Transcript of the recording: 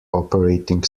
operating